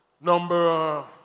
Number